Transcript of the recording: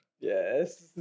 Yes